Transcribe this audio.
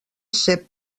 cep